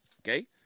okay